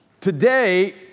Today